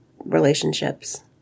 relationships